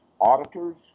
auditors